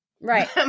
Right